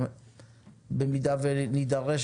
במידה ונידרש,